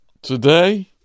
Today